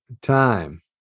time